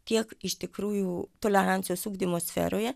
kiek iš tikrųjų tolerancijos ugdymo sferoje